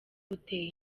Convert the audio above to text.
buteye